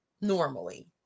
normally